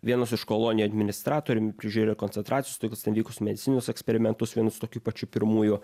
vienas iš kolonijų administratorim prižiūrėjo koncentracijos stovyklas ten vykusius medicininius eksperimentus vienus tokių pačių pirmųjų